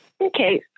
Okay